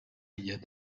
bitllet